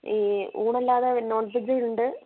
ഈ ഊണല്ലാതെ നോൺവെജ് ഉണ്ട്